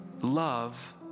love